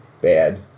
Bad